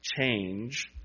change